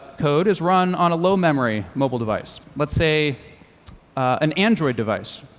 code is run on a low memory mobile device? let's say an android device,